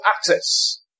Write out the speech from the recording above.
access